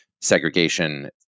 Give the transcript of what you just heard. segregation